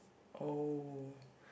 oh